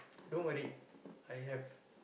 don't worry I have